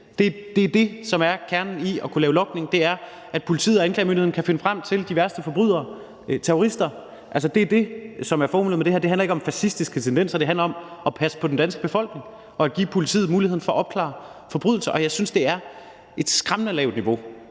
som er kernen i at kunne lave logning, altså at politiet og anklagemyndigheden kan finde frem til de værste forbrydere, terrorister. Det er det, der er formålet med det her, og det handler ikke om fascistiske tendenser, det handler om at passe på den danske befolkning og at give politiet muligheden for at opklare forbrydelser. Jeg synes, det er et skræmmende lavt niveau